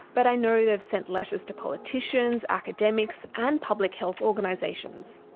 but i know they've sent letters to politicians, academics, and public health organisations.